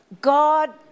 God